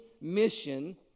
mission